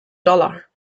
dollar